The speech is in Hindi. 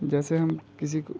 जैसे हम किसी को